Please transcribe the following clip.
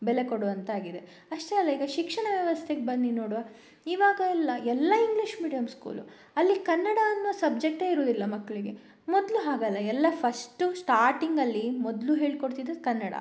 ಬೆಲೆ ಕೊಡುವಂತಾಗಿದೆ ಅಷ್ಟೇ ಅಲ್ಲ ಈಗ ಶಿಕ್ಷಣ ವ್ಯವಸ್ಥೆಗೆ ಬನ್ನಿ ನೋಡುವ ಇವಾಗೆಲ್ಲ ಎಲ್ಲ ಇಂಗ್ಲಿಷ್ ಮೀಡಿಯಂ ಸ್ಕೂಲು ಅಲ್ಲಿ ಕನ್ನಡ ಅನ್ನೋ ಸಬ್ಜೆಕ್ಟೇ ಇರುವುದಿಲ್ಲ ಮಕ್ಕಳಿಗೆ ಮೊದಲು ಹಾಗಲ್ಲ ಎಲ್ಲ ಫಸ್ಟು ಸ್ಟಾರ್ಟಿಂಗಲ್ಲಿ ಮೊದಲು ಹೇಳ್ಕೊಡ್ತಿದ್ದಿದ್ದು ಕನ್ನಡ